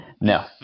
No